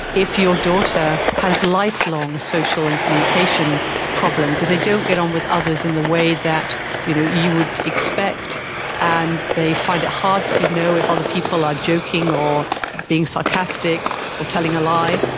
if your daughter has lifelong social and communication problems, if they don't get on with others in the way that you know you would expect and they find it hard to know if other people are joking or being sarcastic or telling a lie,